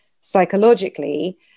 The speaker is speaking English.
psychologically